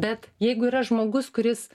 bet jeigu yra žmogus kuris